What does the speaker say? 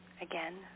Again